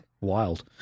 wild